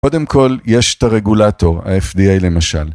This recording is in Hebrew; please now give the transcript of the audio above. ‫קודם כול, יש את הרגולטור, ‫ה-FDA למשל.